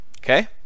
Okay